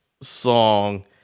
song